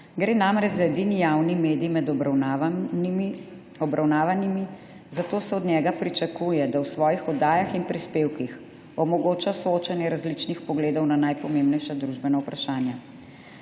Gre namreč za edini javni medij med obravnavanimi, zato se od njega pričakuje, da v svojih oddajah in prispevkih omogoča soočanje različnih pogledov na najpomembnejša družbena vprašanja.